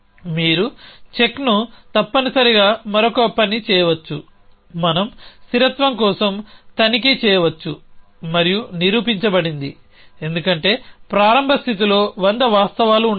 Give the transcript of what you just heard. మీరు చెక్ను తప్పనిసరిగా మరొక పని చేయవచ్చు మనం స్థిరత్వం కోసం తనిఖీ చేయవచ్చు మరియు నిరూపించబడింది ఎందుకంటే ప్రారంభ స్థితిలో వంద వాస్తవాలు ఉండవచ్చు